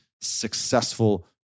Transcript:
successful